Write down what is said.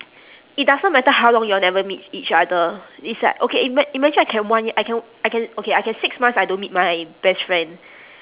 it doesn't matter how long y'all never meet each other it's like okay ima~ imagine I can one y~ I can I can okay I can six months I don't meet my best friend